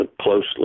closely